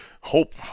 hope